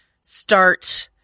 start